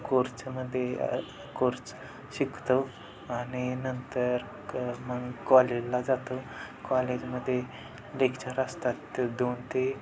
कोर्सच्यामध्ये कोर्च शिकतो आणि नंतर क मग कॉलेजला जातो कॉलेजमध्ये लेक्चर असतात ते दोन ते